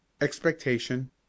expectation